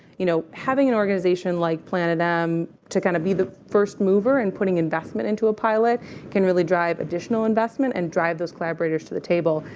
you know, having an organization like planet m to kind of be the first mover in putting investment into a pilot can really drive additional investment. and drive those collaborators to the table.